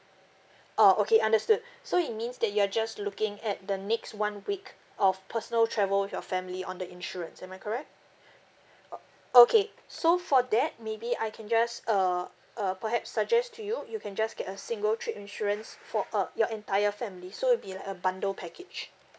orh okay understood so it means that you are just looking at the next one week of personal travel with your family on the insurance am I correct o~ okay so for that maybe I can just uh uh perhaps suggest to you you can just get a single trip insurance for uh your entire family so it'll be like a bundle package